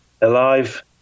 alive